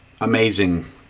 amazing